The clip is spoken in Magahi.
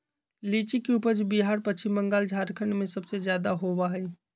लीची के उपज बिहार पश्चिम बंगाल झारखंड में सबसे ज्यादा होबा हई